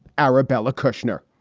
arabella kushner?